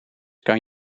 kan